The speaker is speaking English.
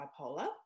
bipolar